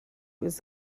was